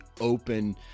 open